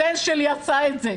הבן שלי עשה את זה.